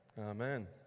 Amen